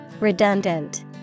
Redundant